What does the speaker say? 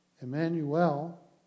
Emmanuel